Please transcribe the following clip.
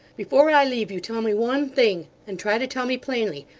before i leave you, tell me one thing, and try to tell me plainly,